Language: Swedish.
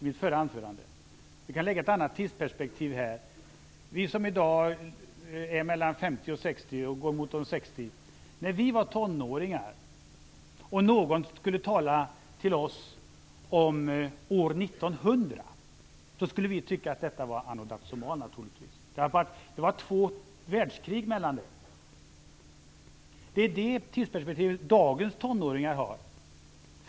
Vi kan anlägga ett annat tidsperspektiv i detta sammanhang. Om någon skulle ha talat till oss, som i dag är mellan 50 och 60 år, när vi var tonåringar om år 1900, så hade vi naturligtvis tyckt att det var anno dazumal. Det hade ju varit två världskrig däremellan. Det är detta tidsperspektiv som dagens tonåringar har.